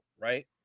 right